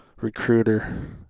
recruiter